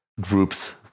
groups